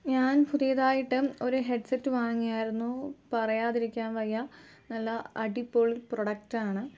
ഞാൻ പുതിയതായിട്ട് ഒരു ഹെഡ് സെറ്റ് വാങ്ങിയായിരുന്നു പറയാതിരിക്കാൻ വയ്യ നല്ല അടിപൊളി പ്രോഡക്റ്റ് ആണ്